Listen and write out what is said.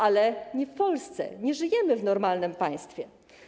Ale nie w Polsce, nie żyjemy w normalnym państwie.